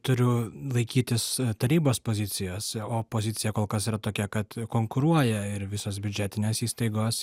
turiu laikytis tarybos pozicijos o pozicija kol kas yra tokia kad konkuruoja ir visos biudžetinės įstaigos